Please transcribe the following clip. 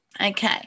Okay